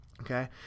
Okay